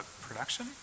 production